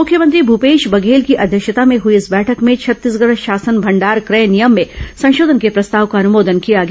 मुख्यमंत्री भूपेश बघेल की अध्यक्षता में हई इस बैठक में छत्तीसगढ़ शासन भंडार क्रय नियम में संशोधन के प्रस्ताव का अनुमोदन किया गया